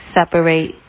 separate